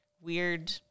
weird